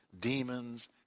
demons